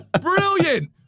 Brilliant